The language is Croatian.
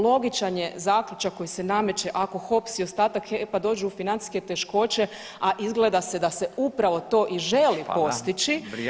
Logičan je zaključak koji se nameće, ako HOPS i ostatak HEP dođu u financijske teškoće, a izgleda se da se upravo to i želi postići